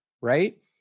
Right